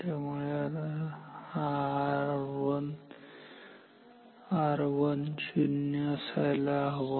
त्यामुळे आता R1 हा 0 असायला हवा